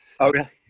okay